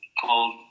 called